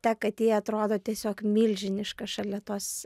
ta katė atrodo tiesiog milžiniška šalia tos